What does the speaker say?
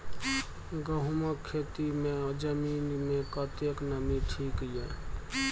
गहूम के खेती मे जमीन मे कतेक नमी ठीक ये?